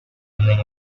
unen